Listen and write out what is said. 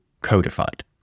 codified